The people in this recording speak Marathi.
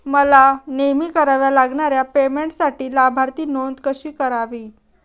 मला नेहमी कराव्या लागणाऱ्या पेमेंटसाठी लाभार्थी नोंद कशी करावी?